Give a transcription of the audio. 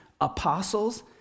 apostles